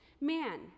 man